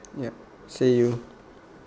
yup see you